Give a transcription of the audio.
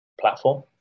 platform